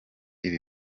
ibi